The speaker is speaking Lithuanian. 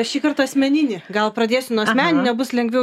šįkart asmeninį gal pradėsiu nuo asmeninio bus lengviau